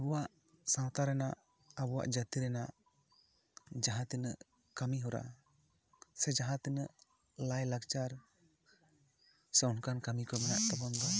ᱟᱵᱚᱭᱟᱜ ᱥᱟᱶᱛᱟ ᱨᱮᱱᱟᱜ ᱟᱵᱚᱭᱟᱜ ᱡᱟᱹᱛᱤ ᱨᱮᱱᱟᱜ ᱡᱟᱦᱟᱸ ᱛᱤᱱᱟᱜ ᱠᱟᱹᱢᱤ ᱦᱚᱨᱟ ᱥᱮ ᱡᱟᱦᱟᱸ ᱛᱤᱱᱟᱜ ᱞᱟᱭ ᱞᱟᱠᱪᱟᱨ ᱥᱮ ᱚᱱᱠᱟᱱ ᱠᱟᱹᱢᱤ ᱠᱚ ᱢᱮᱱᱟᱜ ᱛᱟᱵᱚᱱᱟ